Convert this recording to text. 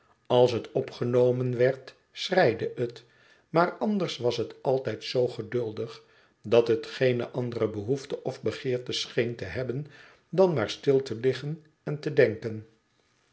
als het opgenomen werd schreide het maar anders was het altijd zoo geduldig dat het geene andere behoefte of begeerte scheen te hebben dan maar stil te liggen en te denken